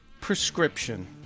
prescription